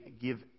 give